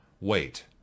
Wait